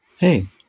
hey